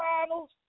finals